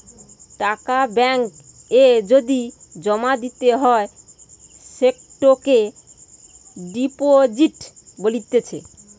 টাকা ব্যাঙ্ক এ যদি জমা দিতে হয় সেটোকে ডিপোজিট বলতিছে